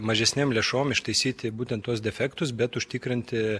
mažesnėm lėšom ištaisyti būtent tuos defektus bet užtikrinti